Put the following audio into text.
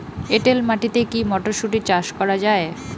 এটেল মাটিতে কী মটরশুটি চাষ করা য়ায়?